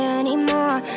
anymore